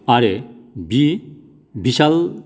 आरो बि बिसाल